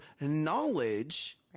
knowledge